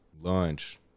lunch